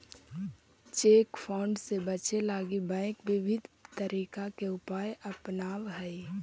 cheque fraud से बचे लगी बैंक विविध तरीका के उपाय अपनावऽ हइ